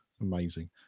Amazing